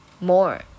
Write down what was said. more